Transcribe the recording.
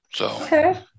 Okay